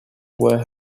where